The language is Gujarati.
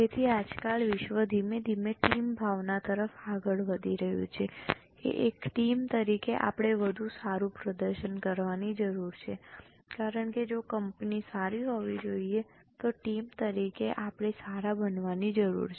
તેથી આજકાલ વિશ્વ ધીમે ધીમે ટીમ ભાવના તરફ આગળ વધી રહ્યું છે કે એક ટીમ તરીકે આપણે વધુ સારું પ્રદર્શન કરવાની જરૂર છે કારણ કે જો કંપની સારી હોવી જોઈએ તો ટીમ તરીકે આપણે સારા બનવાની જરૂર છે